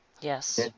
Yes